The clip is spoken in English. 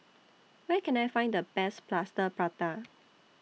Where Can I Find The Best Plaster Prata